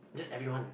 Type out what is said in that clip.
just everyone